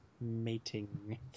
mating